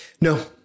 No